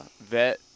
vet